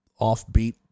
offbeat